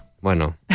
Bueno